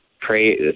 Pray